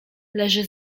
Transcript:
leży